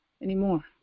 anymore